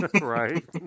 Right